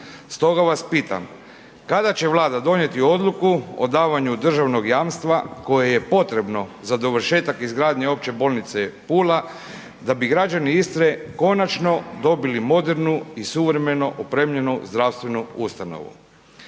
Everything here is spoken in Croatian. Stoga vas pitam, kada će Vlada donijeti odluku o davanju državnog jamstva koje je potrebno za dovršetak izgradnje opće bolnice Pula da bi građani Istre konačno dobili modernu i suvremeno opremljenu zdravstvenu ustanovu.